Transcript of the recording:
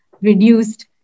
reduced